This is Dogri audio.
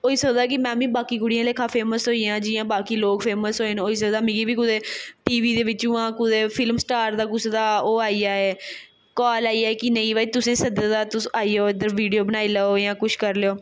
होई सकदा कि में बी बाकी कुड़ियें आह्ला लेखा फेमस होई जां जि'यां बाकी लोग फेमस होए न होई सकदा मिगी बी टी बी दे बिच्चुआं कुतै फिल्म स्टार दा कुसै दा ओह् आई जाए काल आई जाए कि नेईं भाई तुसें ई सद्दे दा तुस आई जाओ इद्धर वीडियो बनाई लैओ जां कुछ करी लैओ